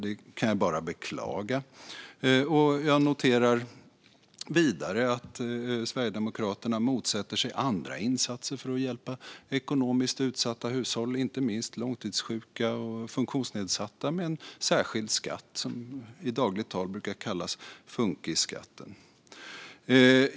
Det kan jag bara beklaga. Jag noterar vidare att Sverigedemokraterna motsätter sig andra insatser för att hjälpa ekonomiskt utsatta, inte minst långtidssjuka och funktionsnedsatta, med en särskild skatt som i dagligt tal brukar kallas funkisskatten.